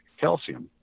calcium